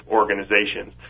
organizations